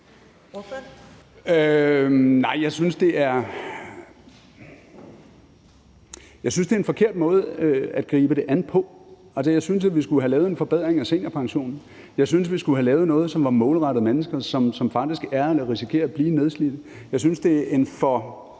Nej, men jeg synes, det er en forkert måde at gribe det an på. Jeg synes, at vi skulle have lavet en forbedring af seniorpensionen. Jeg synes, vi skulle have lavet noget, som var målrettet mennesker, som faktisk er eller risikerer at blive nedslidt. Jeg synes, det er en for